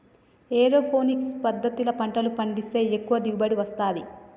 aeroponics పద్దతిల పంటలు పండిస్తే ఎక్కువ దిగుబడి వస్తది